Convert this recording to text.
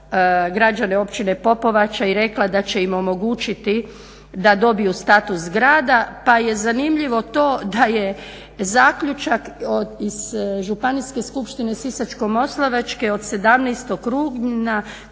građane Općine Popovača i rekla da će im omogućiti da dobiju status grada, pa je zanimljivo to da je zaključak iz Županijske skupštine Sisačko-moslavačke od 17.rujna